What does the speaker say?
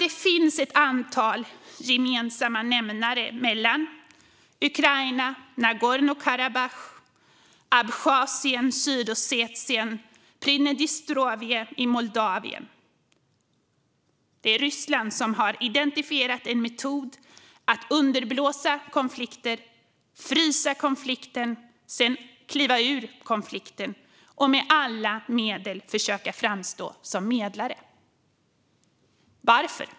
Det finns ett antal gemensamma nämnare mellan Ukraina, Nagorno-Karabach, Abchazien, Sydossetien och Pridnestrovje i Moldavien. Det är Ryssland som har identifierat en metod att underblåsa en konflikt, frysa konflikten och sedan kliva ur konflikten och med alla medel försöka framstå som medlare. Varför?